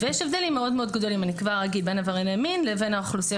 ויש הבדלים מאוד מאוד גדולים בין עברייני מין לבין האוכלוסייה